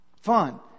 fun